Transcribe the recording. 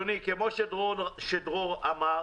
כמו שדרור אמר,